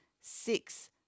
six